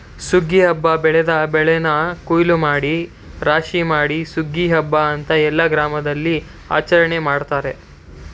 ಸುಗ್ಗಿ ಹಬ್ಬ ಬೆಳೆದ ಬೆಳೆನ ಕುಯ್ಲೂಮಾಡಿ ರಾಶಿಮಾಡಿ ಸುಗ್ಗಿ ಹಬ್ಬ ಅಂತ ಎಲ್ಲ ಗ್ರಾಮದಲ್ಲಿಆಚರಣೆ ಮಾಡ್ತಾರೆ